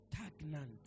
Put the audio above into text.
stagnant